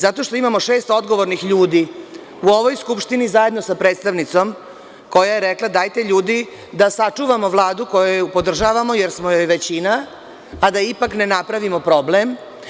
Zato što imamo šest odgovornih ljudi u ovoj Skupštini zajedno sa predstavnicom koja je rekla - dajte ljudi da sačuvamo Vladu koju podržavamo, jer smo joj većina, a da ipak ne napravimo problem.